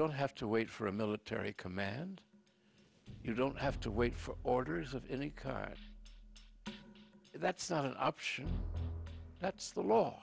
don't have to wait for a military command you don't have to wait for orders of any kind that's not an option that's the law